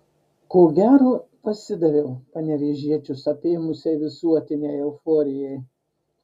ko gero pasidaviau panevėžiečius apėmusiai visuotinei euforijai